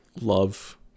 love